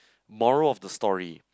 moral of the story